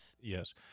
Yes